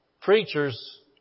preachers